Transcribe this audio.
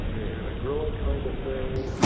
and a growing kind of thing,